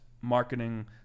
marketing